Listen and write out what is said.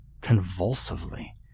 Convulsively